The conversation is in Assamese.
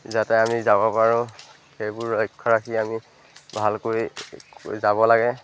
যাতে আমি যাব পাৰোঁ সেইবোৰ লক্ষ্য ৰাখি আমি ভালকৈ যাব লাগে